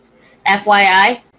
FYI